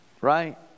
right